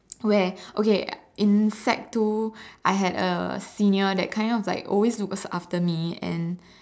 where okay in sec two I had a senior that kind of like always look after me and